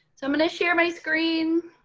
so i'm gonna share my screen.